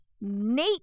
Nate